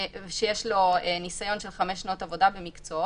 שיש לו ניסיון של 5 שנות עבודה במקצועו.